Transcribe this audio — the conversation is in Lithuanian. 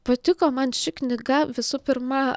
patiko man ši knyga visų pirma